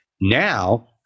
now